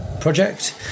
project